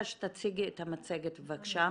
שתציגי את המצגת בבקשה,